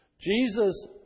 Jesus